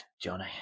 Johnny